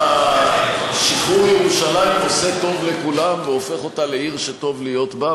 כנראה שחרור ירושלים עושה טוב לכולם והופך אותה לעיר שטוב להיות בה,